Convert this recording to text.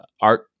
art